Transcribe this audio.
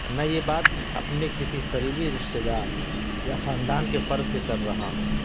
میں یہ بات اپنے کسی قریبی رشتے دار یا خاندان کے فرد سے کر رہا ہوں